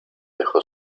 dejó